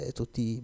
tutti